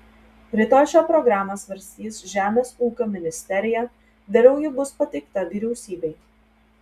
rytoj šią programą svarstys žemės ūkio ministerija vėliau ji bus pateikta vyriausybei